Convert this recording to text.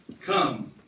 Come